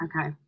Okay